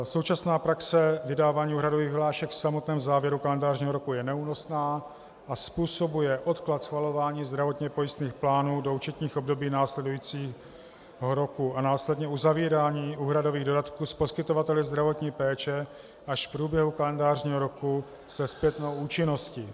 Současná praxe vydávání úhradových vyhlášek v samotném závěru kalendářního roku je neúnosná a způsobuje odklad schvalování zdravotně pojistných plánů do účetních období následujícího roku a následně uzavírání úhradových dodatků s poskytovateli zdravotní péče až v průběhu kalendářního roku se zpětnou účinností.